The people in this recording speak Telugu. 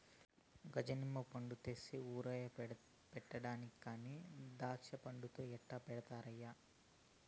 గజ నిమ్మ పండ్లు తెస్తే ఊరగాయ పెడతానంటి కానీ దాచ్చాపండ్లతో ఎట్టా పెట్టన్నయ్యా